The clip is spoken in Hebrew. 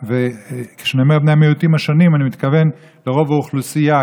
כשאני אומר "בני המיעוטים השונים" אני מתכוון לרוב האוכלוסייה,